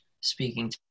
speaking